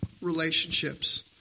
relationships